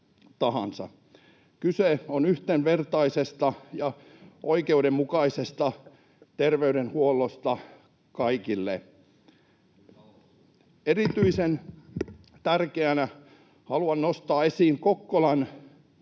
Kyse on yhdenvertaisesta ja oikeudenmukaisesta terveydenhuollosta kaikille. [Aki Lindén: Itsestäänselvyys!] Erityisen tärkeänä haluan nostaa esiin Kokkolan